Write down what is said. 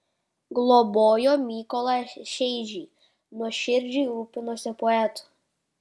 globojo mykolą šeižį nuoširdžiai rūpinosi poetu